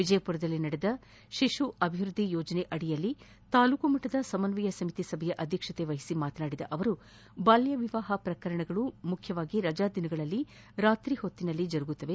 ವಿಜಯಪುರದಲ್ಲಿ ನಡೆದ ಜರುಗಿದ ಶಿಶು ಅಭಿವ್ಯದ್ಲಿ ಯೋಜನೆ ಅಡಿಯಲ್ಲಿ ತಾಲೂಕಾ ಮಟ್ಟದ ಸಮನ್ನಯ ಸಮಿತಿ ಸಭೆಯ ಅಧ್ಯಕ್ಷತೆ ವಹಿಸಿ ಮಾತನಾಡಿದ ಅವರು ಬಾಲ್ಯ ವಿವಾಹದ ಪ್ರಕರಣ ಮುಖ್ಯವಾಗಿ ರಜಾ ದಿನಗಳಲ್ಲಿ ರಾತ್ರಿ ವೇಳೆಯಲ್ಲಿ ಜರುಗುತ್ತವೆ